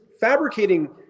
fabricating